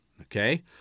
okay